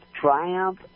triumph